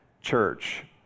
Church